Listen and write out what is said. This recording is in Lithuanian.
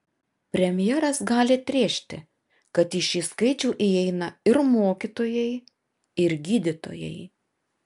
premjeras gali atrėžti kad į šį skaičių įeina ir mokytojai ir gydytojai